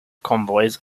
convoys